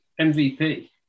MVP